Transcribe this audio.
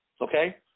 okay